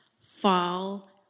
fall